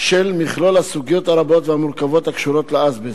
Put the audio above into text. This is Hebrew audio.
של מכלול הסוגיות הרבות והמורכבות הקשורות לאזבסט.